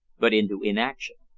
but into inaction.